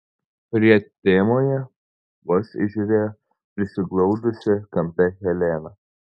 prietemoje vos įžiūrėjo prisiglaudusią kampe heleną